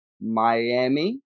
Miami